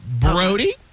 Brody